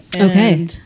Okay